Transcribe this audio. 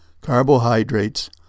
carbohydrates